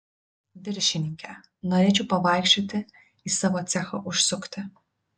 viršininke norėčiau pavaikščioti į savo cechą užsukti